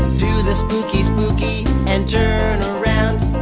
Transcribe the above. do the spooky spooky and turn around